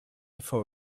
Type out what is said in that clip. for